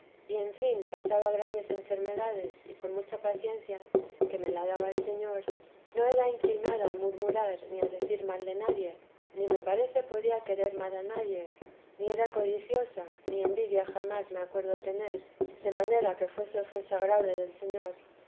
y en fin pasaba grandes enfermedades y con mucha paciencia que me la daba el señor no inclinada a murmurar ni a decir mal de nadie ni me parece podía querer mal a nadie ni era codiciosa ni envidia jamás me acuerdo tener de manera que fuese ofensa grave del señor